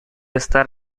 estar